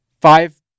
five